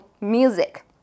music